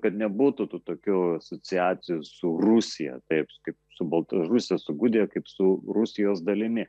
kad nebūtų tų tokių asociacijų su rusija taip kaip su baltarusija su gudija kaip su rusijos dalimi